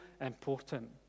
important